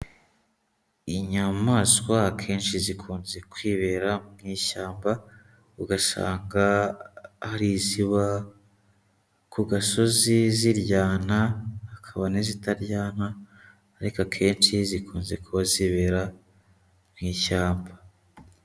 Inyamaswa akenshi zikunze kwibera mu ishyamba, ugasanga hari iziba ku gasozi ziryana, hakaba n'izitaryana, ariko akenshi zikunze kuba zibera mu ishyamba.